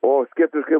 o skeptiškai